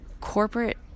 corporate